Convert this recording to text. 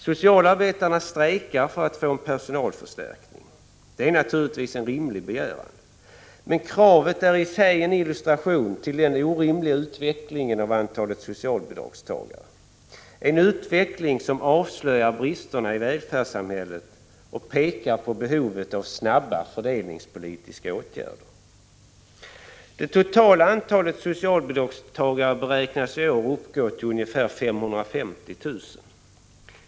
Socialarbetarna strejkar för att få en personalförstärkning. Det är naturligtvis en rimlig begäran. Men kravet är i sig en illustration av den orimliga utvecklingen av antalet socialbidragstagare — en utveckling som avslöjar bristerna i välfärdssamhället och som pekar på behovet av snabba fördelningspolitiska åtgärder. Det totala antalet socialbidragstagare beräknas i år uppgå till ungefär 550 000.